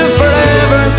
forever